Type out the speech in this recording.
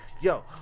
yo